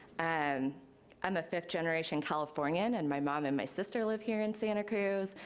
and i'm a fifth generation californian and my mom and my sister live here in santa cruz.